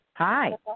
Hi